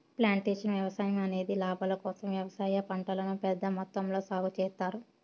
plantation వ్యవసాయం అనేది లాభాల కోసం వ్యవసాయ పంటలను పెద్ద మొత్తంలో సాగు చేత్తారు